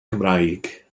cymraeg